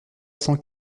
cent